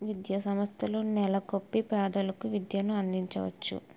విద్యాసంస్థల నెలకొల్పి పేదలకు విద్యను అందించవచ్చు